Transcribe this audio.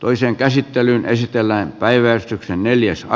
toisen käsittelyn esitellään päiväys neljäs